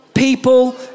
people